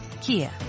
Kia